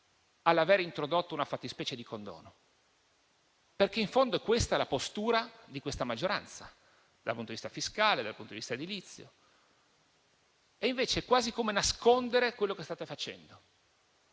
all'aver introdotto una fattispecie di condono, perché in fondo è questa la postura di questa maggioranza dal punto di vista sia fiscale che edilizio. Invece, quasi nascondete quello che state facendo